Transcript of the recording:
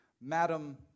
Madam